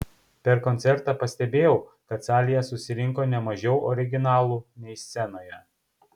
per koncertą pastebėjau kad salėje susirinko ne mažiau originalų nei scenoje